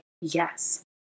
yes